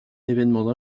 événement